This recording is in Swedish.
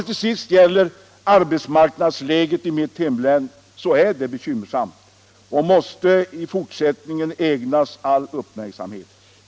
Till sist: Arbetsmarknadsläget i mitt hemlän är bekymmersamt, och det måste i fortsättningen ägnas all uppmärksamhet.